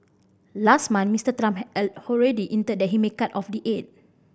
last month Mister Trump had already hinted that he may cut off the aid